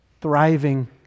thriving